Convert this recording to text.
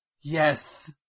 Yes